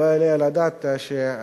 לא יעלה על הדעת שאדם,